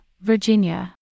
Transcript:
Virginia